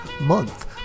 month